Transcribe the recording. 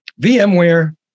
VMware